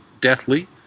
deathly